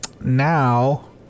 Now